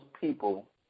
people